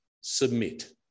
submit